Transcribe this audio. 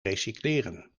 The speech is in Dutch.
recycleren